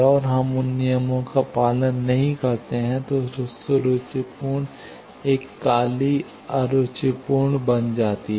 अगर हम उन नियमों का पालन नहीं करते हैं तो सुरुचिपूर्ण एक काली अरुचिपूर्ण बन जाती है